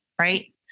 right